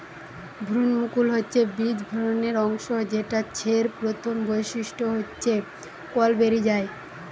ভ্রূণমুকুল হচ্ছে বীজ ভ্রূণের অংশ যেটা ছের প্রথম বৈশিষ্ট্য হচ্ছে কল বেরি যায়